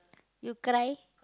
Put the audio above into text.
you cry